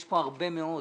יש פה הרבה מאוד.